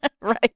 Right